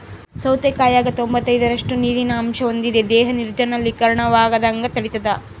ಸೌತೆಕಾಯಾಗ ತೊಂಬತ್ತೈದರಷ್ಟು ನೀರಿನ ಅಂಶ ಹೊಂದಿದೆ ದೇಹ ನಿರ್ಜಲೀಕರಣವಾಗದಂಗ ತಡಿತಾದ